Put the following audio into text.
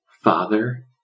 Father